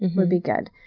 would be good.